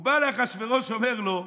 הוא בא לאחשוורוש ואומר לו,